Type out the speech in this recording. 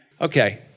Okay